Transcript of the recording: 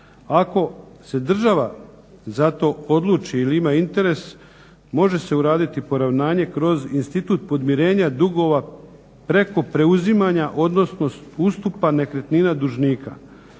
Ako se država za to odluči ili ima interes može se uraditi poravnanje kroz institut podmirenja dugova preko preuzimanja odnosno ustupka nekretnina dužnika.